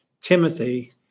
Timothy